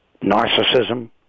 Narcissism